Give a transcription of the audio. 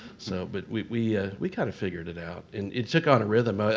so but we ah we kind of figured it out. and it took on a rhythm. ah